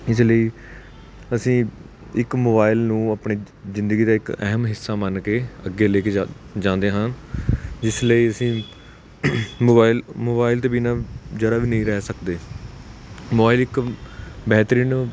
ਇਸ ਲਈ ਅਸੀਂ ਇੱਕ ਮੋਬਾਈਲ ਨੂੰ ਆਪਣੀ ਜ਼ਿੰਦਗੀ ਦਾ ਇੱਕ ਅਹਿਮ ਹਿੱਸਾ ਮੰਨ ਕੇ ਅੱਗੇ ਲੈ ਕੇ ਜਾ ਜਾਂਦੇ ਹਾਂ ਜਿਸ ਲਈ ਅਸੀਂ ਮੋਬਾਈਲ ਮੋਬਾਈਲ ਦੇ ਬਿਨਾਂ ਜਰਾ ਵੀ ਨਹੀਂ ਰਹਿ ਸਕਦੇ ਮੋਬਾਇਲ ਇੱਕ ਬਿਹਤਰੀਨ